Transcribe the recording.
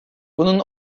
bunun